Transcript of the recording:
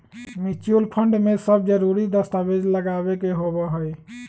mutual fund में सब जरूरी दस्तावेज लगावे के होबा हई